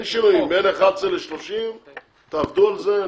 אין שינויים בין 11 ל-30 תעבדו על זה.